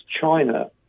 China